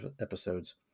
episodes